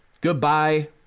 Goodbye